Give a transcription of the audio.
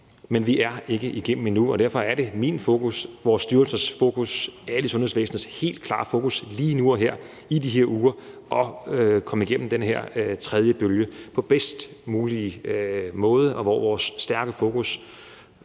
Men vi er ikke igennem endnu, og derfor er mit fokus og vores styrelsers fokus og alle i sundhedsvæsenets helt klare fokus lige nu og her i de her uger at komme igennem den her tredje bølge på bedst mulig måde. Vores stærke fokus